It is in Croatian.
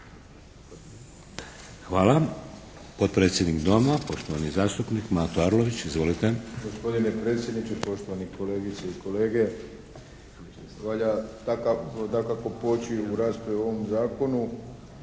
Hvala. Potpredsjednik Doma, poštovani zastupnik Mato Arlović. Izvolite. **Arlović, Mato (SDP)** Gospodine predsjedniče, poštovani kolegice i kolege valja dakako poći u raspravu o ovom zakonu